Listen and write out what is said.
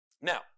Now